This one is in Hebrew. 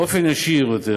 באופן ישיר יותר,